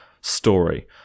story